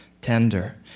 tender